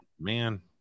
man